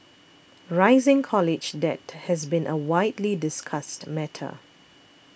rising college debt has been a widely discussed matter